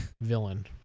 Villain